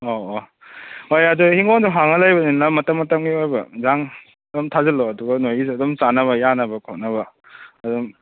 ꯑꯣ ꯑꯣ ꯍꯣꯏ ꯑꯗꯣ ꯍꯤꯡꯒꯣꯜꯗꯣ ꯍꯥꯡꯉ ꯂꯩꯕꯅꯤꯅ ꯃꯇꯝ ꯃꯇꯝꯒꯤ ꯑꯣꯏꯕ ꯏꯟꯖꯥꯡ ꯑꯗꯨꯝ ꯊꯥꯖꯜꯂꯣ ꯑꯗꯨꯒ ꯅꯣꯏꯒꯤꯁꯨ ꯑꯗꯨꯝ ꯆꯥꯅꯕ ꯌꯥꯅꯕ ꯈꯣꯠꯅꯕ ꯑꯗꯨꯝ